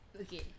Okay